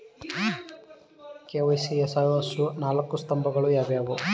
KYC ಯ ನಾಲ್ಕು ಸ್ತಂಭಗಳು ಯಾವುವು?